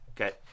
okay